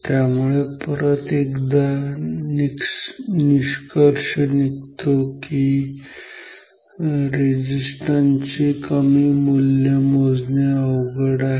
त्यामुळे परत एकदा निष्कर्ष निघतो की रेझिस्टन्स चे कमी मूल्य मोजणे अवघड आहे